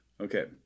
Okay